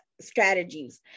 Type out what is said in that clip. strategies